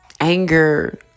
anger